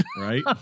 Right